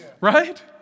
right